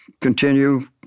continue